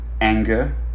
anger